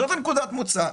זאת נקודת המוצא.